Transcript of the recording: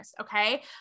Okay